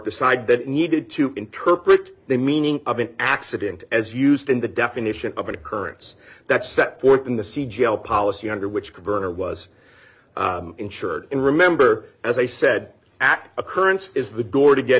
decide that it needed to interpret the meaning of an accident as used in the definition of an occurrence that set forth in the c gel policy under which could burn or was insured and remember as i said at occurrence is the door to get